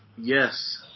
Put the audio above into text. Yes